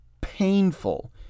painful